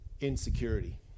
insecurity